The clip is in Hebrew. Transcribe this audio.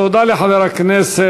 תודה לחבר הכנסת